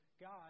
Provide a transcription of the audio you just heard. God